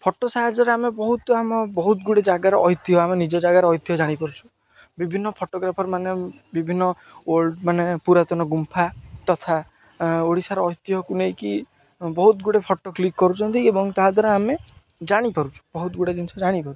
photo ସାହାଯ୍ୟରେ ଆମେ ବହୁତ ଆମ ବହୁତ ଗୁଡ଼େ ଜାଗାର ଐତିହ୍ୟ ଆମେ ନିଜ ଜାଗାରେ ଐତିହ୍ୟ ଜାଣିପାରୁଛୁ ବିଭିନ୍ନ ଫଟୋଗ୍ରାଫର ମାନେ ବିଭିନ୍ନ ଓଲ୍ଡ ମାନେ ପୁରାତନ ଗୁମ୍ଫା ତଥା ଓଡ଼ିଶାର ଐତିହ୍ୟକୁ ନେଇକି ବହୁତ ଗୁଡ଼େ ଫଟୋ କ୍ଲିକ୍ କରୁଛନ୍ତି ଏବଂ ତାହା ଦ୍ୱାରା ଆମେ ଜାଣିପାରୁଛୁ ବହୁତ ଗୁଡ଼ାଏ ଜିନିଷ ଜାଣିପାରୁଛୁ